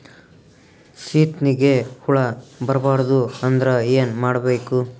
ಸೀತ್ನಿಗೆ ಹುಳ ಬರ್ಬಾರ್ದು ಅಂದ್ರ ಏನ್ ಮಾಡಬೇಕು?